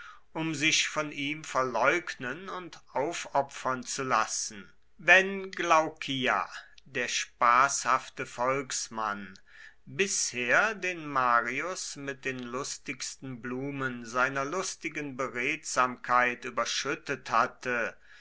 um sich von ihm verleugnen und aufopfern zu lassen wenn glaucia der spaßhafte volksmann bisher den marius mit den lustigsten blumen seiner lustigen beredsamkeit überschüttet hatte